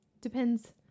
Depends